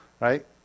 Right